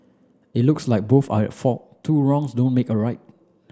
it looks like both are at fault two wrongs don't make a right